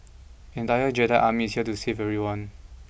an entire Jedi Army is here to save everyone